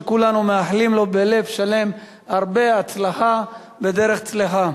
שכולנו מאחלים לו בלב שלם הרבה הצלחה ודרך צלחה.